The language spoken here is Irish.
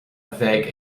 bheidh